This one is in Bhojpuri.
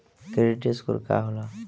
क्रेडिट स्कोर का होला?